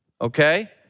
Okay